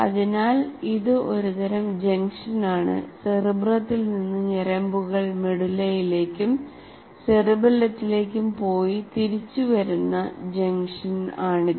അതിനാൽ ഇത് ഒരു തരം ജംഗ്ഷനാണ് സെറിബ്രത്തിൽ നിന്ന് ഞരമ്പുകൾ മെഡുലയിലേക്കും സെറിബെല്ലത്തിലേക്കും പോയി തിരിച്ചു വരുന്ന ജംഗ്ഷൻ ആണിത്